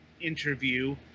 interview